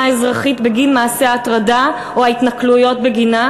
האזרחית בגין מעשה ההטרדה או ההתנכלויות בגינה,